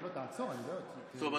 טוב.